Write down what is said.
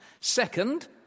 Second